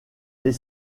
les